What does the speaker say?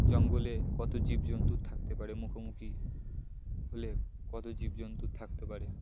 জঙ্গলে কত জীবজন্তুর থাকতে পারে মুখোমুখি হলে কত জীবজন্তুর থাকতে পারে